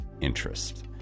interest